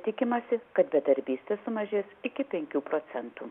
tikimasi kad bedarbystė sumažės iki penkių procentų